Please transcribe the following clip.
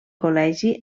col·legi